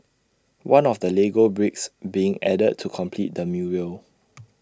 one of the Lego bricks being added to complete the mural